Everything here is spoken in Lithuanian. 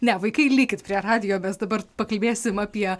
ne vaikai likit prie radijo mes dabar pakalbėsim apie